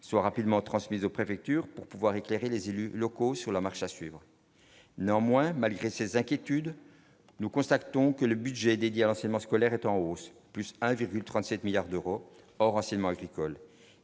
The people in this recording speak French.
soient rapidement transmises aux préfectures pour pouvoir éclairer les élus locaux sur la marche à suivre, néanmoins, malgré ses inquiétudes, nous constatons que le budget dédié à l'enseignement scolaire est en hausse, plus 1,37 milliards d'euros enracinement agricole